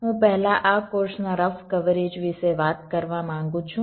હું પહેલા આ કોર્સના રફ કવરેજ વિશે વાત કરવા માંગુ છું